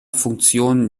funktion